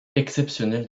exceptionnelle